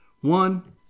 One